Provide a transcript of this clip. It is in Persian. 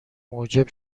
موجب